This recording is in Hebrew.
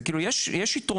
זה כאילו יש יתרונות.